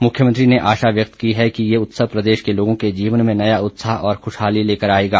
मुख्यमंत्री ने आशा व्यक्त की है कि ये उत्सव प्रदेश के लोगों के जीवन में नया उत्साह और खुशहाली लेकर आएगा